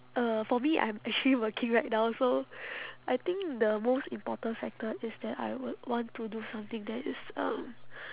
uh for me I am actually working right now so I think the most important factor is that I would want to do something that is um